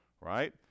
right